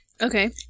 Okay